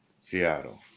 Seattle